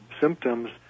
symptoms